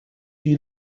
die